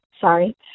sorry